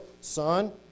son